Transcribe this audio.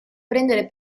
prendere